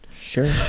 Sure